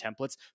templates